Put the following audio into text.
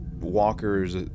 walkers